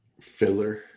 filler